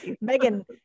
Megan